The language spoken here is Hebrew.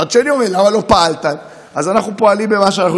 מצד שני אומרים: למה לא פעלתם?